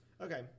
Okay